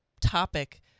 topic